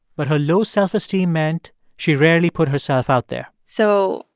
but her low self-esteem meant she rarely put herself out there so,